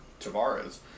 Tavares